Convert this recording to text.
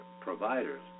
providers